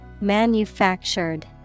Manufactured